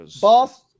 boss